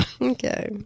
Okay